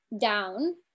down